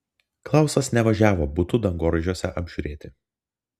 klausas nevažiavo butų dangoraižiuose apžiūrėti